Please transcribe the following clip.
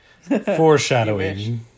Foreshadowing